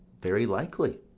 very likely.